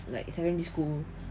like secondary school